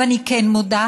ואני כן מודה,